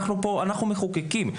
אנחנו מחוקקים,